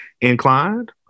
inclined